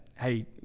hey